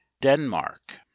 denmark